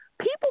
People